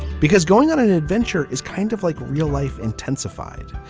because going on an adventure is kind of like real life intensified.